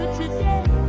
today